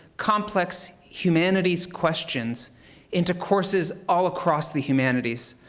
complex, humanities questions into courses all across the humanities.